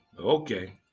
Okay